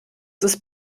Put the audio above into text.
ist